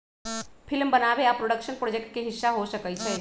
film बनाबे आ production project के हिस्सा हो सकइ छइ